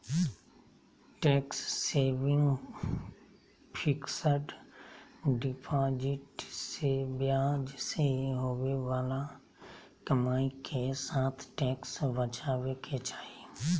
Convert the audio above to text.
tax saving fixed deposit से ब्याज से होवे बाला कमाई के साथ टैक्स बचाबे के चाही